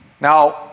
Now